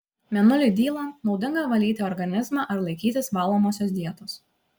mėnuliui dylant naudinga valyti organizmą ar laikytis valomosios dietos